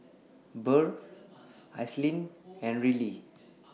Burr Ashlynn and Ryley